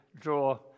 draw